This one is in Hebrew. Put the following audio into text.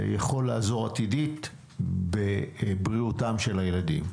יכול לעזור עתידית בבריאותם של הילדים.